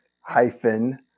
hyphen